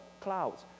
clouds